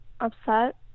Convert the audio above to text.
upset